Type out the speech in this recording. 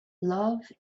love